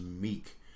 meek